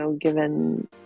given